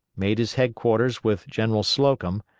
made his headquarters with general slocum,